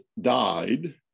died